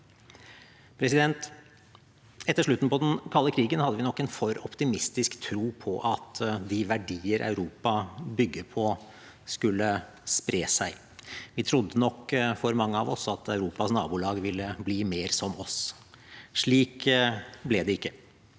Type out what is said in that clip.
Europa. Etter slutten på den kalde krigen hadde vi nok en for optimistisk tro på at de verdier Europa bygger på, skulle spre seg. For mange av oss trodde nok at Europas nabolag ville bli mer som oss. Slik ble det ikke.